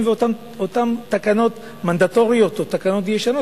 ואותן תקנות מנדטוריות או תקנות ישנות?